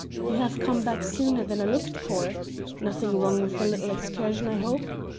you have come back sooner than i looked for nothing wrong with the little excursion, i hope?